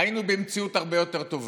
היינו במציאות הרבה יותר טובה.